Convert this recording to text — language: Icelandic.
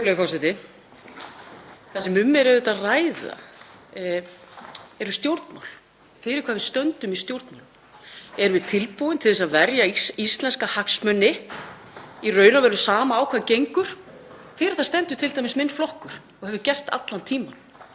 Það sem um er að ræða eru stjórnmál, fyrir hvað við stöndum í stjórnmálum. Erum við tilbúin til þess að verja íslenska hagsmuni í raun og veru sama hvað á gengur? Fyrir það stendur t.d. minn flokkur og hefur gert allan tímann,